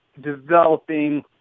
developing